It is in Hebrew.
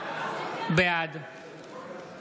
בעד